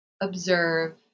observe